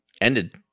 ended